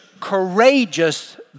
courageous